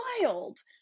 wild